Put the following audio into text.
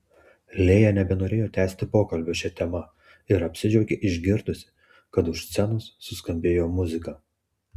lėja nebenorėjo tęsti pokalbio šia tema ir apsidžiaugė išgirdusi kad už scenos suskambėjo muzika